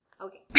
Okay